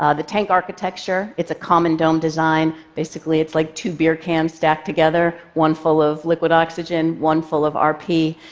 ah the tank architecture it's a common dome design. basically it's like two beer cans stacked together, one full of liquid oxygen, one full of rp,